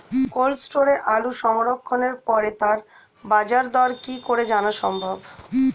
Cold স্টোরে আলু সংরক্ষণের পরে তার বাজারদর কি করে জানা সম্ভব?